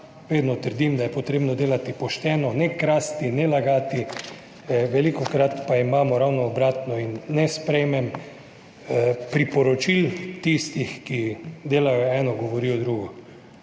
vedno trdim, da je potrebno delati pošteno, ne krasti, ne lagati, velikokrat pa imamo ravno obratno. In ne sprejmem priporočil tistih, ki delajo eno, govorijo drugo.